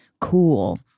cool